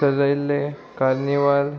सजयिल्ले carnival